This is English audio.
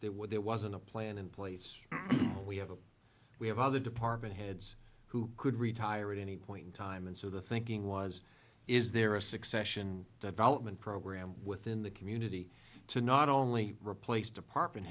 where there wasn't a plan in place we have a we have other department heads who could retire at any point in time and so the thinking was is there a succession development program within the community to not only replace department